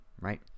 right